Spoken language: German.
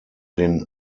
den